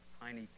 tiny